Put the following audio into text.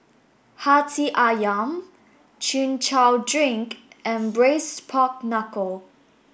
Hati Ayam Chin Chow Drink and braised pork knuckle